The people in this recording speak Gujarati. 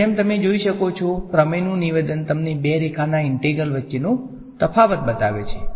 હવે જેમ તમે જોઈ શકો છો પ્રમેયનું નિવેદન તમને બે રેખાના ઇન્ટિગ્રલ્સ વચ્ચેનો તફાવત બતાવે છે